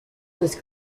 was